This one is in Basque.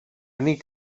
nik